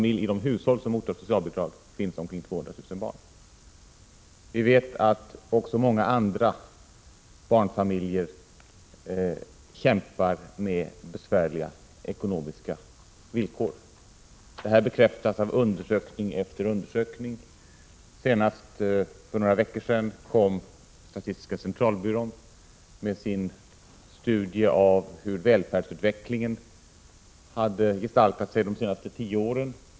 I de hushåll som mottar socialbidrag finns det omkring 200 000 barn. Vi vet att även många andra barnfamiljer kämpar under besvärliga ekonomiska villkor. Detta bekräftas av undersökning efter undersökning. Senast för några veckor sedan kom statistiska centralbyråns studie av hur välfärdsutvecklingen hade gestaltat sig under de senaste tio åren.